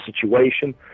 situation